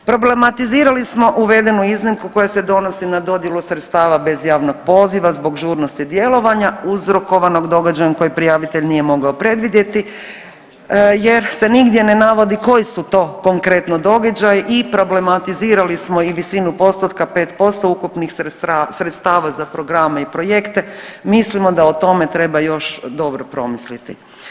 Problematizirali smo uvedenu iznimku koja se donosi na dodjelu sredstava bez javnog poziva zbog žurnosti djelovanja uzrokovanog događajem koje prijavitelj nije mogao predvidjeti jer se nigdje ne navodi koji su to konkretno događaji i problematizirali smo i visini postotka 5% ukupnih sredstava za programe i projekte, mislimo da o tome treba još dobro promisliti.